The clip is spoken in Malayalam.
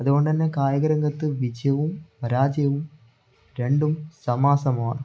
അതുകൊണ്ട് തന്നെ കായികരംഗത്ത് വിജയവും പരാജയവും രണ്ടും സമാസമമാണ്